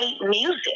music